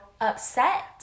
upset